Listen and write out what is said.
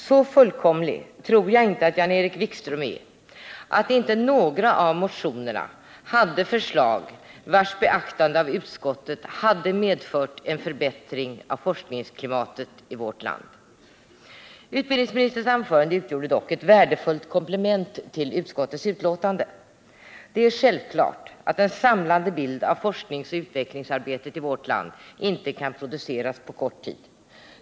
Så fullkomlig tror jag inte att Jan-Erik Wikström är att inte några av motionerna hade förslag, vilkas beaktande av utskottet hade medfört en förbättring av forskningsklimatet i vårt land. Utbildningsministerns anförande utgjorde dock ett värdefullt komplement till utskottets betänkande. Det är självklart att en samlande bild av forskningsoch utvecklingsarbetet i vårt land inte kan produceras på kort tid.